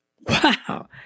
Wow